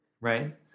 right